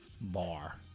Bar